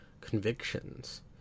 convictions